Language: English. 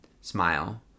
Smile